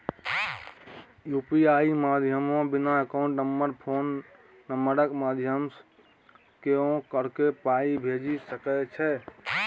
UPI माध्यमे बिना account number phone नंबरक माध्यमसँ केओ ककरो पाइ भेजि सकै छै